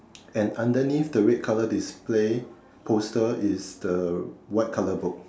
and underneath the red colour display poster is the white colour book